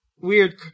Weird